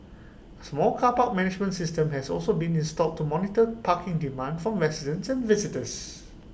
A smart car park management system has also been installed to monitor parking demand from residents and visitors